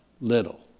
little